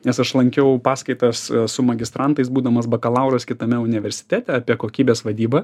nes aš lankiau paskaitas su magistrantais būdamas bakalauras kitame universitete apie kokybės vadybą